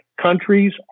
countries